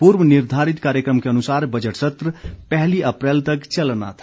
पूर्व निर्धारित कार्यक्रम के अनुसार बजट सत्र पहली अप्रैल तक चलना था